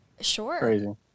Sure